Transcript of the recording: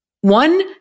one